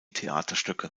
theaterstücke